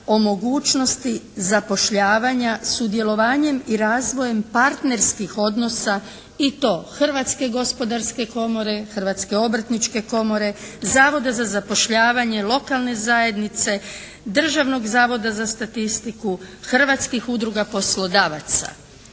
o mogućnosti zapošljavanja sudjelovanjem i razvojem partnerskih odnosa i to, Hrvatske gospodarske komore, Hrvatske obrtničke komore, Zavoda za zapošljavanje, lokalne zajednice, Državnog zavoda za statistiku, Hrvatskih udruga poslodavaca.